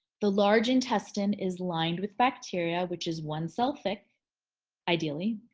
the large intestine is lined with bacteria which is one cell thick ideally.